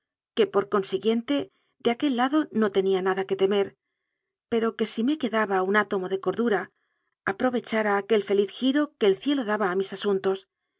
que por consiguiente de aquel lado no tenía nada que temer pero que si me quedaba un átomo de cordura aprovechara aquel feliz giro que el cielo daba a mis asuntos